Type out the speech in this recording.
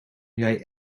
jij